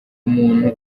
umuntu